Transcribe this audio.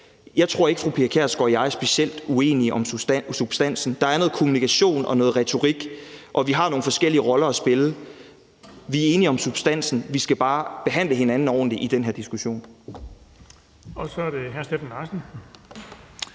Pia Kjærsgaard og jeg er specielt uenige om substansen. Der er noget med noget kommunikation og retorik, og vi har nogle forskellige roller at spille. Vi er enige om substansen, vi skal bare behandle hinanden ordentligt i den her diskussion.